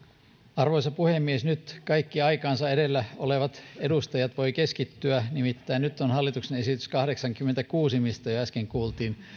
arvoisa puhemies nyt kaikki aikaansa edellä olevat edustajat voivat keskittyä nimittäin nyt on hallituksen esitys kahdeksankymmentäkuusi mistä jo äsken kuultiin